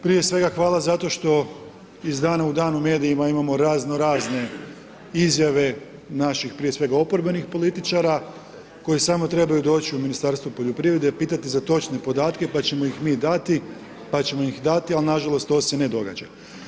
Prije svega hvala zato što iz dana u dan u medijima imamo razno razne izjave, naših prije svega oporbenih političara, koji samo trebaju doći u Ministarstvo poljoprivrede pitati za točne podatke, pa ćemo ih mi dati, pa ćemo ih dati, ali nažalost, to se ne događa.